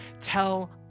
Tell